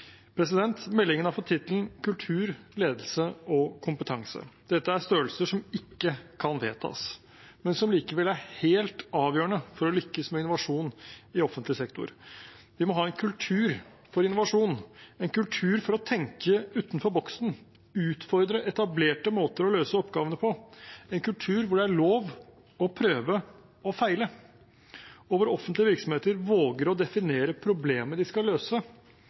Meldingen har fått tittelen «Kultur, ledelse og kompetanse». Dette er størrelser som ikke kan vedtas, men som likevel er helt avgjørende for å lykkes med innovasjon i offentlig sektor. Vi må ha en kultur for innovasjon, en kultur for å tenke utenfor boksen, utfordre etablerte måter å løse oppgavene på, en kultur der det er lov å prøve og feile, og der offentlige virksomheter våger å definere problemet de skal løse,